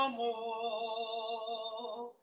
more